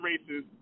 races